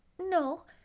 No